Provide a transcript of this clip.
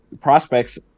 Prospects